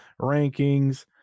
rankings